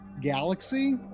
Galaxy